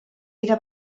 era